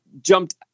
jumped